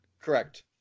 correct